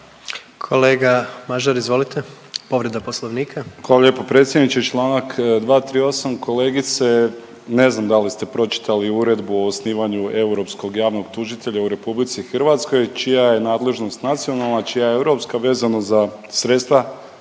Kolega Mažar, izvolite povreda Poslovnika. **Mažar, Nikola (HDZ)** Hvala lijepo predsjedniče. Članak 238. kolegice ne znam da li ste pročitali Uredbu o osnivanju europskog javnog tužitelja u Republici Hrvatskoj čija je nadležnost nacionalna, čija je europska vezano za sredstva